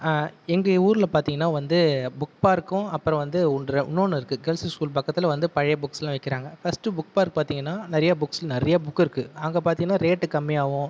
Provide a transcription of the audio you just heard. எங்கள் ஊரில் பார்த்தீங்கனா வந்து புக் பார்க்கும் அப்புறோம் வந்து உண்டு இன்னோன்னு இருக்குது கேர்ள்ஸு ஸ்கூல் பக்கத்தில் வந்து பழைய புக்ஸ்லாம் விட்கிறாங்க ஃபர்ஸ்ட்டு புக் பார்க் பார்த்தீங்கன்னா நிறைய புக்ஸ் நிறைய புக் இருக்குது அங்கே பார்த்தீங்கன்னா ரேட் கம்மியாகவும்